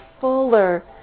fuller